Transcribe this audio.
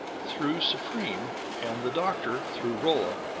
through supreme, and the doctor, through rolla,